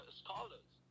scholars